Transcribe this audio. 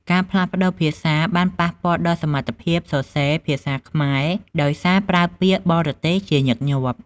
ការផ្លាស់ប្តូរភាសាបានប៉ះពាល់ដល់សមត្ថភាពសរសេរភាសាខ្មែរដោយសារប្រើពាក្យបរទេសជាញឹកញាប់។